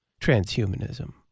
transhumanism